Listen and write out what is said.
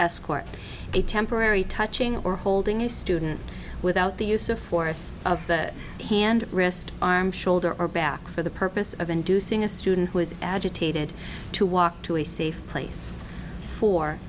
escort a temporary touching or holding a student without the use of force of the hand wrist arm shoulder or back for the purpose of inducing a student was agitated to walk to a safe place for